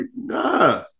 Nah